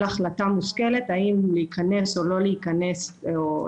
החלטה מושכלת האם להיכנס או לא להיכנס למקום כלשהו,